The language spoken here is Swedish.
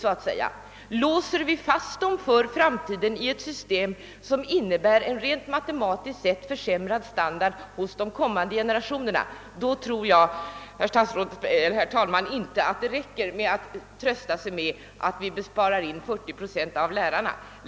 Om vi låser fast dem för framtiden i ett system, som innebär en matematiskt sett försämrad standard på de kommande generationerna, så räcker det väl inte med trösten att vi sparar in 40 procent av lärarna.